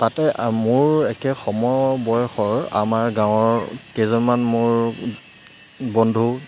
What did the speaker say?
তাতে মোৰ একে সম বয়সৰ আমাৰ গাঁৱৰ কেইজনমান মোৰ বন্ধু